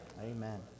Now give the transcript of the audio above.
Amen